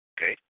Okay